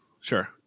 Sure